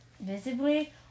visibly